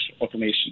automation